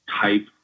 type